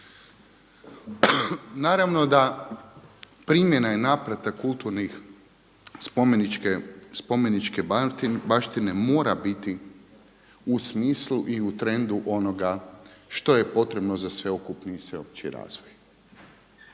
Naravno da primjena i naplata kulturnih, spomeničke baštine mora biti u smislu i u trendu onoga što je potrebno za sveokupni i sveopći razvoj.